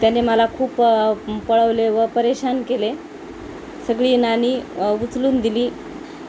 त्याने मला खूप पळवले व परेशान केले सगळी नाणी उचलून दिली